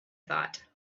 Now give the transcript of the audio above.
thought